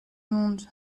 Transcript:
monde